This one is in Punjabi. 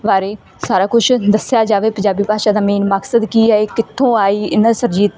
ਬਾਰੇ ਸਾਰਾ ਕੁਛ ਦੱਸਿਆ ਜਾਵੇ ਪੰਜਾਬੀ ਭਾਸ਼ਾ ਦਾ ਮੇਨ ਮਕਸਦ ਕੀ ਹੈ ਇਹ ਕਿੱਥੋਂ ਆਈ ਇਹਨਾਂ ਦੇ ਸਰਜੀ